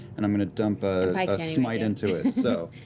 and i'm going to dump ah like smite into it. so